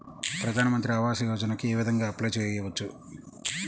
ప్రధాన మంత్రి ఆవాసయోజనకి ఏ విధంగా అప్లే చెయ్యవచ్చు?